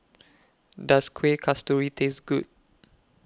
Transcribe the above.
Does Kuih Kasturi Taste Good